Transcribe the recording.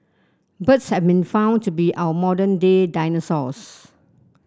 birds have been found to be our modern day dinosaurs